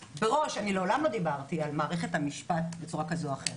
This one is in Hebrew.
לעולם לא דיברתי על מערכת המשפט בצורה כזו או אחרת,